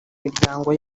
miryango